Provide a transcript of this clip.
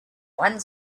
one